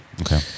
Okay